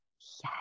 Yes